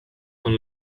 con